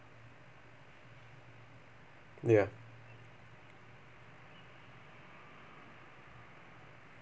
ya